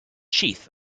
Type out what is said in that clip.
sheath